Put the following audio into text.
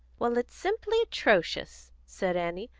well, it's simply atrocious, said annie.